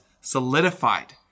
solidified